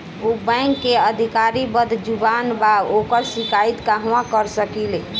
उ बैंक के अधिकारी बद्जुबान बा ओकर शिकायत कहवाँ कर सकी ले